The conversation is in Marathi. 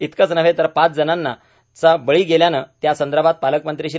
इतकेच नव्हे तर पाच जणांचा बळी गेल्यानं त्यासंदर्भात पालकमंत्री श्री